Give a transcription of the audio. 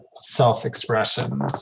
self-expression